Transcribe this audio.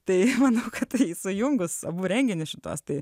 tai manau kad sujungus abu renginius šituos tai